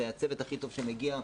והצוות הכי טוב שמגיע,